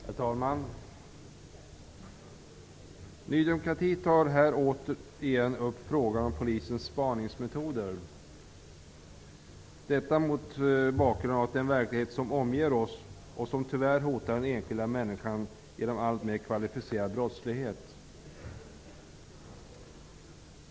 Herr talman! Ny demokrati tar här åter upp frågan om polisens spaningsmetoder. Detta mot bakgrund av att den verklighet som omger oss och som tyvärr hotar den enskilda människan genom alltmer kvalificerad brottslighet.